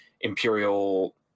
Imperial